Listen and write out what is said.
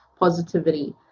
positivity